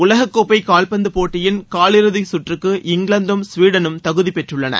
உலகக் கோப்பை கால்பந்து போட்டியின் காலியிறுதி குற்றுக்கு இங்கிலாந்தும் ஸ்வீடனும் தகுதி பெற்றுள்ளன